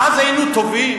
ואז היינו טובים,